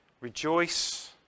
rejoice